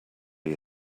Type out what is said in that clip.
you